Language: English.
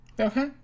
Okay